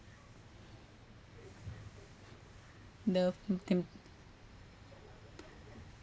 love the game